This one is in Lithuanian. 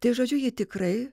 tai žodžiu ji tikrai